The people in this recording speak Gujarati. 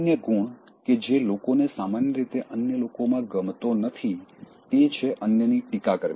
અન્ય ગુણ કે જે લોકોને સામાન્ય રીતે અન્ય લોકોમાં ગમતો નથી તે છે અન્યની ટીકા કરવી